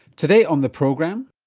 today on the program,